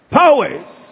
powers